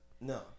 No